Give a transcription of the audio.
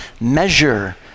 measure